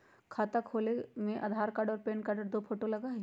खाता खोले में आधार कार्ड और पेन कार्ड और दो फोटो लगहई?